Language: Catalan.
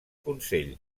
consell